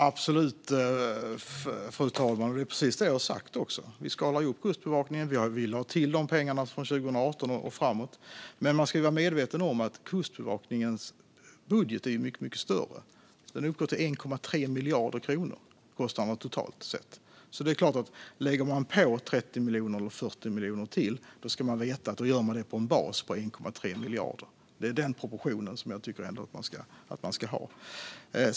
Fru talman! Absolut! Det är också precis det jag har sagt. Vi skalar ju upp Kustbevakningen. Vi har lagt till de pengarna från 2018 och framåt. Men man ska vara medveten om att Kustbevakningens budget är mycket större. Kostnaderna uppgår totalt sett till 1,3 miljarder kronor. Lägger man på 30 eller 40 miljoner till ska man veta att man gör det på en bas på 1,3 miljarder. Det är den proportionen som jag tycker att man ska ha klar för sig.